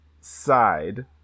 side